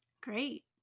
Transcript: Great